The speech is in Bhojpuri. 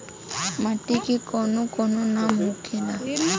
माटी के कौन कौन नाम होखे ला?